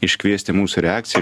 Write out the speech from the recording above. iškviesti mūsų reakciją